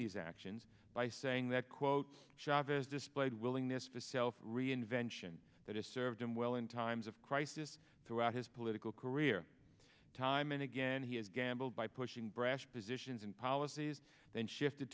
these actions by saying that quote chavez displayed willingness to self reinvention that has served him well in times of crisis throughout his political career time and again he has gambled by pushing brash positions and policies then shifted